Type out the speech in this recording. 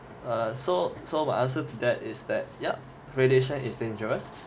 err so so my answer to that is that radiation is dangerous